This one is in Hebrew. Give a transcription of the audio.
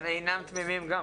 הם אינם תמימים גם.